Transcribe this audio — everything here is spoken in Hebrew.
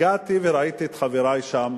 הגעתי וראיתי את חברי שם